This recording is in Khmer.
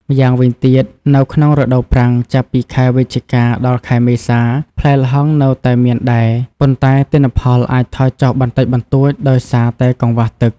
ម្យ៉ាងវិញទៀត នៅក្នុងរដូវប្រាំង ចាប់ពីខែវិច្ឆិកា ដល់ ខែមេសា ផ្លែល្ហុងនៅតែមានដែរ ប៉ុន្តែទិន្នផលអាចថយចុះបន្តិចបន្តួចដោយសារតែកង្វះទឹក។